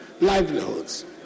livelihoods